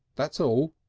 that's all.